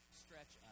stretch